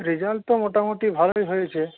result তো মোটামুটি ভালোই হয়েছে